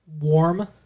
warm